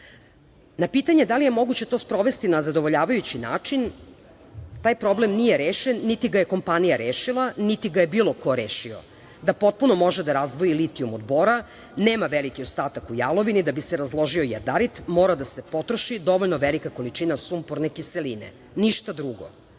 pitanje da li je moguće to sprovesti na zadovoljavajući način, taj problem nije rešen, niti ga je kompanija rešila, niti ga je bilo ko rešio, da potpuno može da razdvoji litijum od bora, nema veliki ostatak u jalovini, da bi se razložio jadarit, mora da se potroši dovoljno velika količina sumporne kiseline, ništa